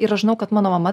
ir aš žinau kad mano mama